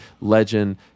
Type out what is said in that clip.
legend